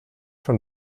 from